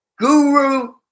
guru